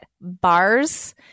bars